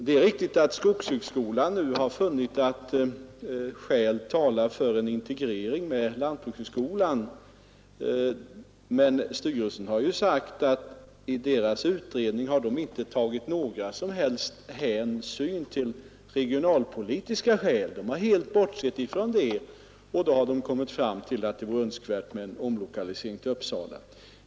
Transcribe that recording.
Det är riktigt att skogshögskolan nu har funnit att skäl talar för en integrering med lantbrukshögskolan, men styrelsen har sagt att den i sin utredning inte har tagit några som helst hänsyn till regionalpolitiska skäl. Den har alltså helt bortsett från dem och så kommit fram till att det vore önskvärt med ,omlokalisering till Uppsala.